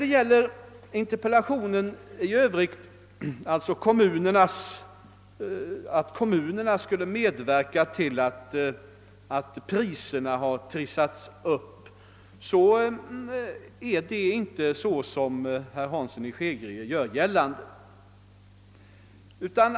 Beträffande interpellationens innehåll i övrigt, där det hävdas att kommunerna skulle ha medverkat till att markpriserna trissats upp, vill jag säga att det inte förhåller sig så som herr Hansson i Skegrie vill göra gällande.